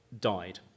died